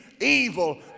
evil